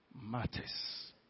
matters